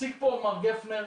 הציג פה מר' גפנר,